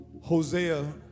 Hosea